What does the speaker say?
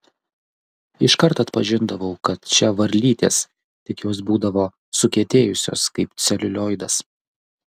iškart atpažindavau kad čia varlytės tik jos būdavo sukietėjusios kaip celiulioidas